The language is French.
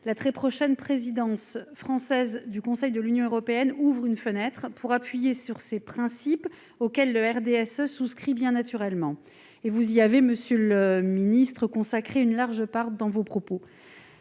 La très prochaine présidence française du Conseil de l'Union européenne ouvre une fenêtre pour insister sur ces principes, auxquels le RDSE souscrit bien naturellement. Vous y avez d'ailleurs consacré, monsieur le ministre, une large part de vos propos